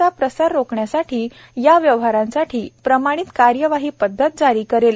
चा प्रसार रोखण्यासाठी या व्यवहारांसाठी प्रमाणित कार्यवाही पद्वती जारी करेल